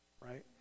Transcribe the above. Right